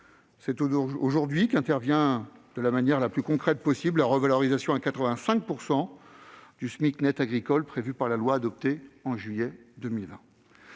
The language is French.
c'est aujourd'hui qu'intervient de la manière la plus concrète possible la revalorisation à 85 % du SMIC net agricole, prévue par la loi adoptée en juillet 2020.